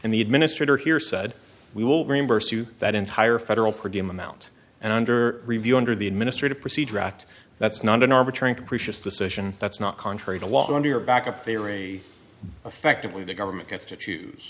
and the administrator here said we will reimburse you that entire federal program amount and under review under the administrative procedure act that's not an arbitrary capricious decision that's not contrary to law under your backup theory effectively the government gets to choose